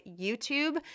YouTube